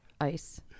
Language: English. ice